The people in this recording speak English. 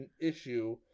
issue